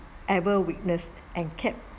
ever witnessed and kept